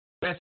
best